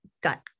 got